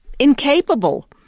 incapable